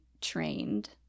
trained